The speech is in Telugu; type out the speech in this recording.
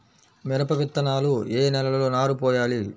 మిరప విత్తనాలు ఏ నెలలో నారు పోయాలి?